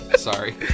sorry